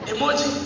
Emoji